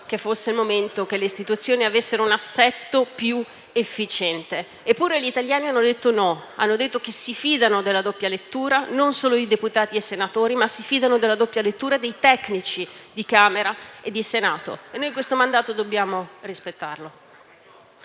che fosse il momento che le istituzioni avessero un assetto più efficiente; eppure, gli italiani hanno detto no, hanno detto che si fidano della doppia lettura, quindi non solo di deputati e senatori, ma si fidano dei tecnici di Camera e Senato. Questo mandato dobbiamo rispettarlo.